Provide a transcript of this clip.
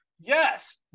Yes